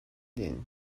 din